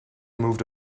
moved